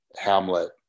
Hamlet